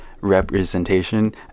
representation